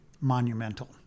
monumental